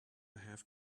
have